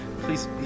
Please